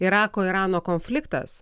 irako irano konfliktas